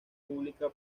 pública